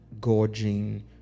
gorging